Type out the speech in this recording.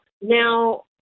now